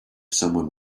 someone